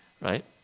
right